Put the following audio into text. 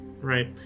right